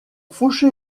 faucher